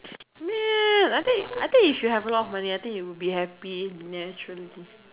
man I think I think you should have a lot of money I think you would be happy naturally